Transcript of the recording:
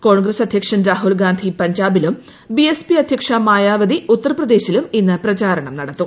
കോൺഗ്രസ് അധ്യക്ഷൻ രാഹുൽഗാന്ധി പഞ്ചാബിലും ബിഎസ്പി അധ്യക്ഷ മായാവതി ഉത്തർപ്രദേശിലും ഇന്ന് പ്രചാരണം നടത്തും